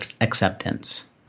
acceptance